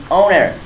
owner